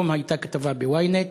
היום הייתה כתבה ב-ynet,